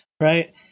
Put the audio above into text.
right